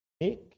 Make